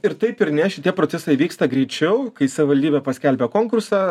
ir taip ir ne šitie procesai vyksta greičiau kai savivaldybė paskelbia konkursą